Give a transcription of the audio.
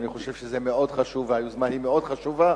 ואני חושב שזה מאוד חשוב והיוזמה היא מאוד חשובה.